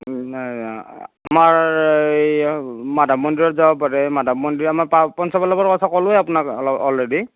আমাৰ এই মাধৱ মন্দিৰত যাব পাৰে মাধৱ মন্দিৰত আমাৰ পা পঞ্চ পল্লৱৰ কথা ক'লোৱে আপোনাক অল অলৰেডি